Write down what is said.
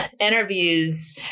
interviews